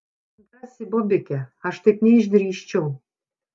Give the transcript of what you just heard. drąsi bobikė aš taip neišdrįsčiau